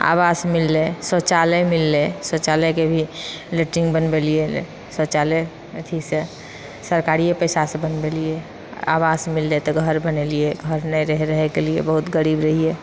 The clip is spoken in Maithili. आवास मिललै शौचालय मिललेै शौचालयके भी लैट्रीन बनवेलिऐ शौचालय अथिसँ सरकारिए पैसासँ बनवेलिऐ आवास मिललेै तऽ घर बनेलिए घर नहि रहै रहैके लिए बहुत गरीब रहिए